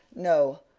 no,